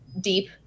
deep